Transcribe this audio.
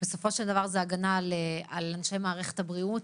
בסופו של דבר זו הגנה על אנשי מערכת הבריאות,